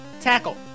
Tackle